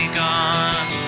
gone